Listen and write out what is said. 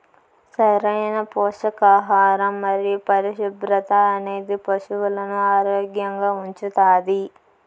సరైన పోషకాహారం మరియు పరిశుభ్రత అనేది పశువులను ఆరోగ్యంగా ఉంచుతాది